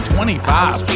Twenty-five